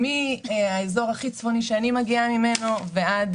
מהאזור הכי צפוני שאני מגיעה ממנו ועד